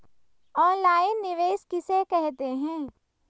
Online निवेश किसे कहते हैं?